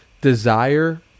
desire